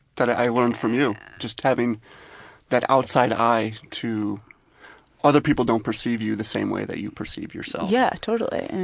that i learned from you. just having that outside eye to other people don't perceive you the same way that you perceive yourself. yeah, totally.